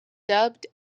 dubbed